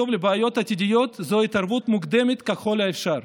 טוב לבעיות עתידיות הוא התערבות מוקדמת ככל האפשר.